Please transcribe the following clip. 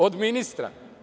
Od ministra?